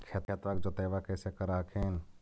खेतबा के जोतय्बा कैसे कर हखिन?